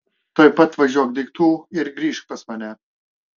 tuoj pat važiuok daiktų ir grįžk pas mane